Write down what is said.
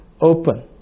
Open